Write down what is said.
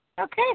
Okay